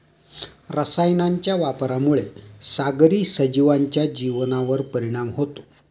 रसायनांच्या वापरामुळे सागरी सजीवांच्या जीवनावर परिणाम होतो